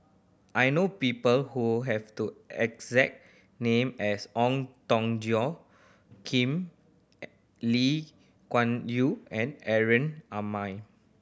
I know people who have the exact name as Ong Tong Joe Kim Lee Kuan Yew and Aaron Maniam